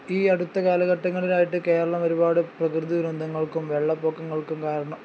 ഈ അടുത്ത കാലഘട്ടങ്ങളിലായിട്ട് കേരളം ഒരുപാട് പ്രകൃതി ദുരന്തങ്ങൾക്കും വെള്ളപ്പൊക്കങ്ങൾക്കും കാരണം